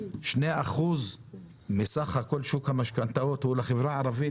2% מסך כל שוק המשכנתאות הוא לחברה הערבית.